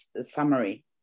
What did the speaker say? summary